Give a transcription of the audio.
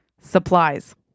Supplies